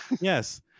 Yes